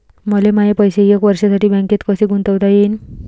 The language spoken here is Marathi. मले माये पैसे एक वर्षासाठी बँकेत कसे गुंतवता येईन?